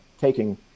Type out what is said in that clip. taking